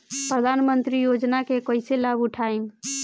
प्रधानमंत्री योजना के कईसे लाभ उठाईम?